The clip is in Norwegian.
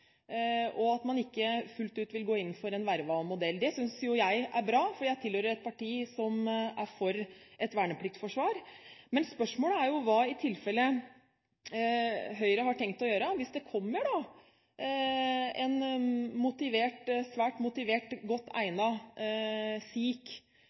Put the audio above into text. og at man ikke fullt ut vil gå inn for en vervet modell. Det synes jo jeg er bra, for jeg tilhører et parti som er for et vernepliktsforsvar. Men spørsmålet er jo hva Høyre i tilfelle har tenkt å gjøre hvis det kommer en svært motivert, godt